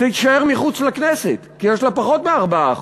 תישאר מחוץ לכנסת, כי יש לה פחות מ-4%.